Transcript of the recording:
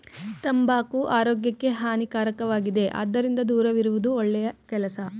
ತಂಬಾಕು ಆರೋಗ್ಯಕ್ಕೆ ಹಾನಿಕಾರಕವಾಗಿದೆ ಅದರಿಂದ ದೂರವಿರುವುದು ಒಳ್ಳೆ ಕೆಲಸ